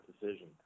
decision